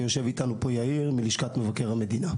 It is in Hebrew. ויושב איתנו פה גם יאיר, מלשכת מבקר המדינה.